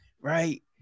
right